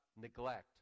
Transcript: neglect